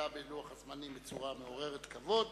שעמדה בלוח הזמנים בצורה מעוררת כבוד.